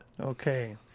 Okay